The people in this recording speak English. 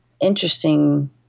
interesting